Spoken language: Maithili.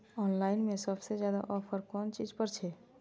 ऑनलाइन में सबसे ज्यादा ऑफर कोन चीज पर छे?